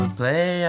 play